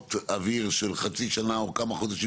בועות אוויר של חצי שנה או כמה חודשים